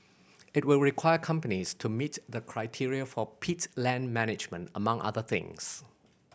it will require companies to meet the criteria for peat land management among other things